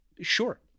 sure